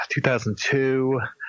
2002